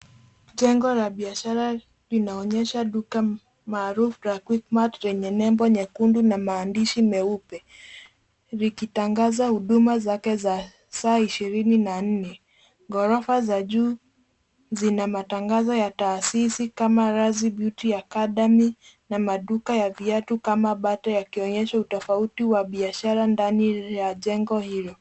Jengo la biashara linaonyesha duka maarufu la Quickmart lenye nembo nyekundu na maandishi meupe likitangaza huduma zake za saa ishirini na nne. Gorofa za juu zina matangazo ya taasisi kama Razee Beauty Academy na maduka ya viatu kama Bata yakionyesha utofauti wa biashara ndani ya jengo hilo.